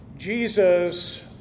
Jesus